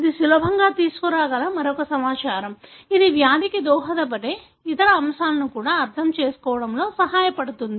ఇది సులభంగా తీసుకురాగల మరొక సమాచారం ఇది వ్యాధికి దోహదపడే ఇతర అంశాలను కూడా అర్థం చేసుకోవడంలో సహాయపడుతుంది